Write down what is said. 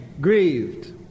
grieved